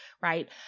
right